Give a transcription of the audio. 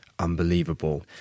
unbelievable